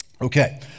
Okay